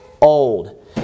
old